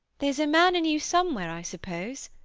there's a man in you somewhere, i suppose.